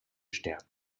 gestärkt